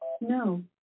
No